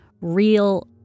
real